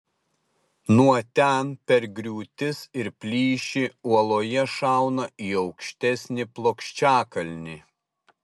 nuo ten per griūtis ir plyšį uoloje šauna į aukštesnį plokščiakalnį